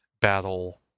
battle